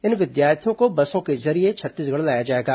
इन विद्यार्थियों को बसों के जरिये छत्तीसगढ़ लाया जाएगा